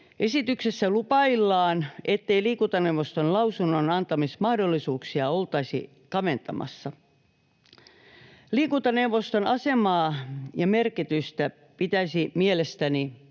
Esityksessä lupaillaan, ettei liikuntaneuvoston lausunnon antamismahdollisuuksia oltaisi kaventamassa. Liikuntaneuvoston asemaa ja merkitystä pitäisi mielestäni